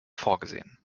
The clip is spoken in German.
vorgesehen